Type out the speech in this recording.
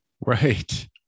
right